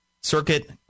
Circuit